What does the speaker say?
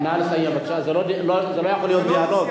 בבקשה, זה לא יכול להיות דיאלוג.